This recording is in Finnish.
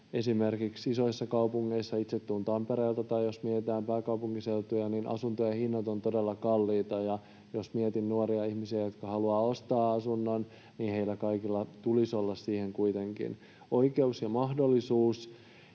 esimerkiksi isoissa kaupungeissa — itse tulen Tampereelta, tai jos mietitään pääkaupunkiseutua — asuntojen hinnat ovat todella kalliita, ja jos mietin nuoria ihmisiä, jotka haluavat ostaa asunnon, niin heillä kaikilla tulisi kuitenkin olla siihen oikeus ja mahdollisuus.